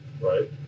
right